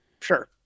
Sure